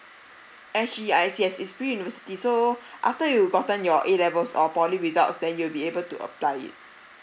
S_G_I_S is pre university so after you gotten your A levels or poly results then you'll be able to apply it